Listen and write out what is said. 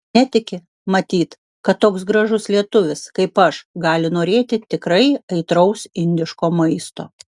netiki matyt kad toks gražus lietuvis kaip aš gali norėti tikrai aitraus indiško maisto